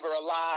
alive